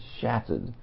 shattered